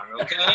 okay